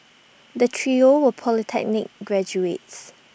the trio were polytechnic graduates